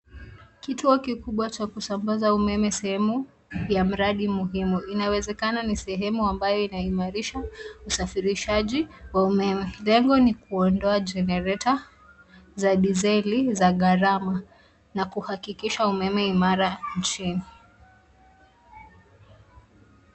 Kituo kikubwa cha kusambaza umeme sehemu ya mradi muhimu ,inawezekana ni sehemu ambayo inaimarisha usafirishaji wa umeme, lengo ni kuondoa genereta za dieseli za gharama na kuhakikisha umeme imara nchini.